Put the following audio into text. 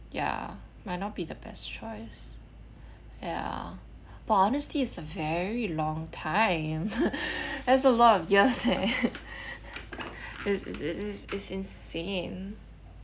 ya might not be the best choice ya but honestly it's a very long time that's a lot of years eh is is is is insane